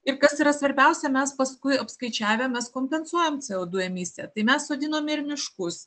ir kas yra svarbiausia mes paskui apskaičiavę mes kompensuojam co du emisiją tai mes sodinome ir miškus